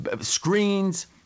screens